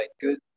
good